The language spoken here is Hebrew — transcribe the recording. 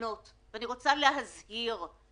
ואמר: "אם נתתם את ההנחיות ביום שישי בצהריים,